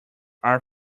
are